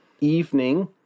Evening